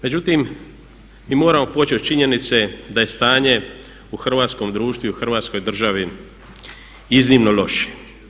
Međutim, mi moramo poći od činjenice da je stanje u hrvatskom društvu i u Hrvatskoj državi iznimno loše.